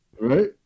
Right